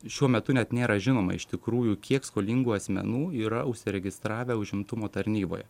šiuo metu net nėra žinoma iš tikrųjų kiek skolingų asmenų yra užsiregistravę užimtumo tarnyboje